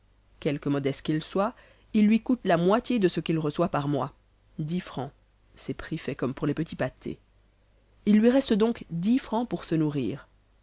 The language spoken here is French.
quelque modeste qu'il soit il lui coûte la moitié de ce qu'il reçoit par mois dix francs c'est prix fait comme pour les petits pâtés il lui reste donc dix francs pour se nourrir